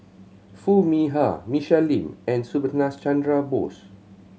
Foo Mee Har Michelle Lim and Subhas Chandra Bose